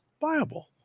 viable